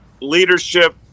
leadership